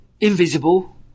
Invisible